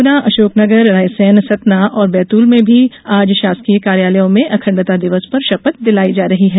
गुना अशोकनगर रायसेन सतना और बैतूल में भी आज शासकीय कार्यालयों में अखंडता दिवस पर शपथ दिलाई जा रही है